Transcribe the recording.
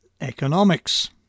economics